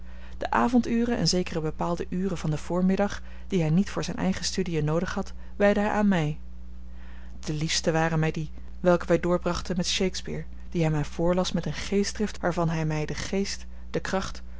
de avonduren en zekere bepaalde uren van den voormiddag die hij niet voor zijne eigene studiën noodig had wijdde hij aan mij de liefste waren mij die welke wij doorbrachten met shakespeare die hij mij voorlas met eene geestdrift waarvan hij mij den geest de kracht